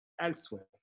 elsewhere